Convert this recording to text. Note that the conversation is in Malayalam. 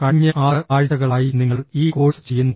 കഴിഞ്ഞ 6 ആഴ്ചകളായി നിങ്ങൾ ഈ കോഴ്സ് ചെയ്യുന്നു